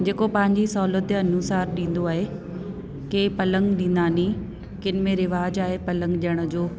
जेको पंहिंजे सहुलियत जे अनुसार ॾींदो आहे की पलंग ॾींदानी किन में रिवाज आहे पलंग ॾियण जो